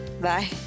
Bye